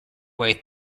way